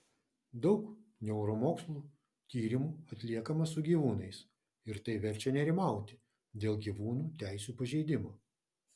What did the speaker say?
daug neuromokslų tyrimų atliekama su gyvūnais ir tai verčia nerimauti dėl gyvūnų teisių pažeidimo